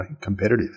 competitive